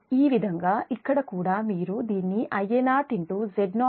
ఈ విధంగా ఇక్కడ కూడా మీరు దీన్ని Ia0 Z0 Va0 0 చేయగలరు